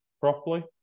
properly